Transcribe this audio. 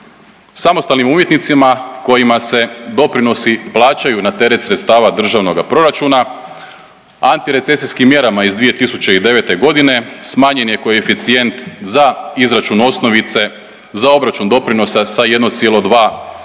Samostalnim umjetnicima kojima se doprinosi plaćaju na teret sredstava državnoga proračuna antirecesijskim mjerama iz 2009. godine smanjen je koeficijent za izračuna osnovice za obračun doprinosa sa 1,2